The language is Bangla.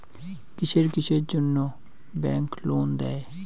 কিসের কিসের জন্যে ব্যাংক লোন দেয়?